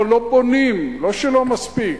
לא, לא בונים, לא שלא מספיק.